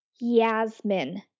Yasmin